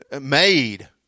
made